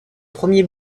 premier